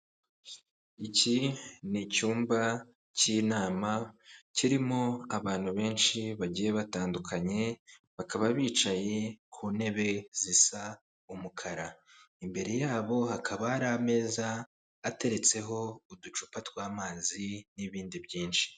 Iki ni icyumba cy'inama kirimo abantu benshi bagiye batandukanye bakaba bicaye ku ntebe zisa umukara imbere yabo hakaba hari ameza ateretseho uducupa tw'amazi n'ibindi byinshi.